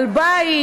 על בית,